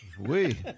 Oui